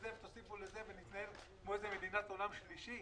לזה ותוסיפו לזה ונתנהל כמו מדינת עולם שלישי?